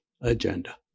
agenda